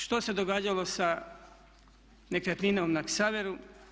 Što se događalo sa nekretninom na Ksaveru?